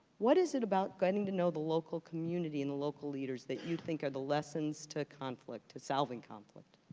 what is it about getting to know the local community and the local leaders that you think are the lessons to conflict, to solving conflict?